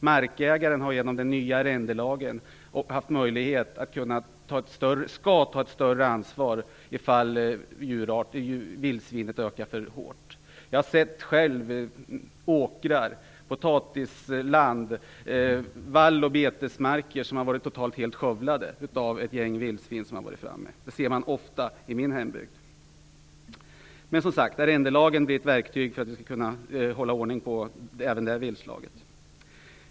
Markägaren har genom den nya arrendelagen fått en möjlighet och skyldighet att ta ett större ansvar om vildsvinsstammen ökar för kraftigt. Jag har själv sett åkrar, potatisland, vall och betesmarker som varit totalt skövlade av vildsvin. Detta kan man ofta se i min hemtrakt. Arrendelagen är ett verktyg för att vi skall kunna hålla ordning på detta viltslag.